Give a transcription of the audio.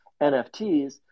nfts